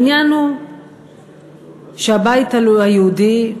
העניין הוא שהבית היהודי,